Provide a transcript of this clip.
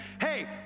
hey